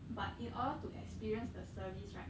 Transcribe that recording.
but in order to experience the service right